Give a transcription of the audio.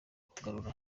kugarura